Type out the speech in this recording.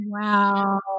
Wow